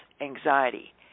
anxiety